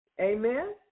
Amen